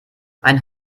ein